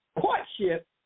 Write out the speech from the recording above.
courtship